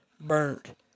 burnt